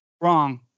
Wrong